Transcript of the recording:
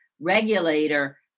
regulator